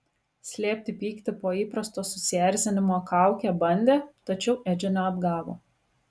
slėpti pyktį po įprasto susierzinimo kauke bandė tačiau edžio neapgavo